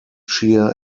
shear